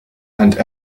and